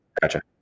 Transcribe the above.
Gotcha